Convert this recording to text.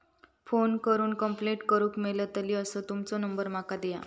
Phone करून complaint करूक मेलतली असो तुमचो नंबर माका दिया?